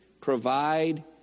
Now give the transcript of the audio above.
provide